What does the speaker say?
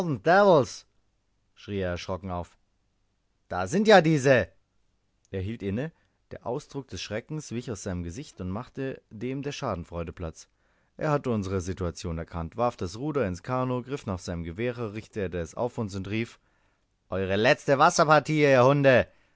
erschrocken auf da sind ja diese er hielt inne der ausdruck des schreckes wich aus seinem gesicht und machte dem der schadenfreude platz er hatte unsere situation erkannt warf das ruder ins kanoe griff nach seinem gewehre richtete es auf uns und rief eure letzte wasserpartie ihr hunde